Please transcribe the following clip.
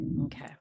Okay